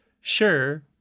sure